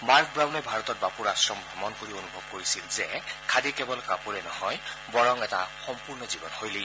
mark ৱাউনে ভাৰতত বাপুৰ আশ্ৰম ভ্ৰমণ কৰি অনুভৱ কৰিছিল যে খাদী কেৱল কাপোৰ নহয় বৰং এটা সম্পূৰ্ণ জীৱনশৈলী